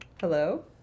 Hello